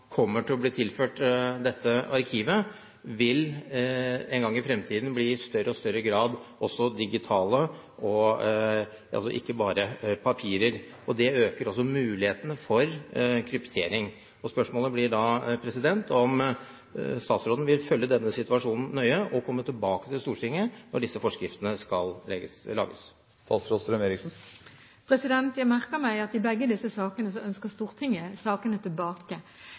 kommer til å bli tilført dette arkivet, vil en gang i fremtiden i større og større grad bli digitale – altså ikke bare være på papir. Det øker også mulighetene for kryptering. Spørsmålet blir da om statsråden vil følge denne situasjonen nøye og komme tilbake til Stortinget når disse forskriftene skal lages. Jeg merker meg at i begge disse sakene ønsker Stortinget sakene tilbake.